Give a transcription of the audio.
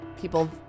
people